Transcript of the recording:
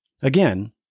Again